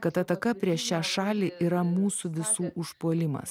kad ataka prieš šią šalį yra mūsų visų užpuolimas